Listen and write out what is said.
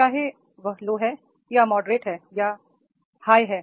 चाहे यह लो है या मॉडरेट है या यह हाय है